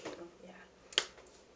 ya